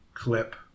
clip